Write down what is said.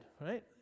right